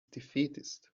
defeatist